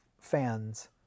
fans